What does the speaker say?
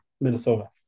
Minnesota